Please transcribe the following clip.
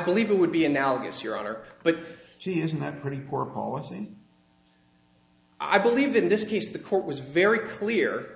believe it would be analogous your honor but she is not pretty poor policy i believe in this case the court was very clear